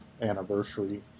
anniversary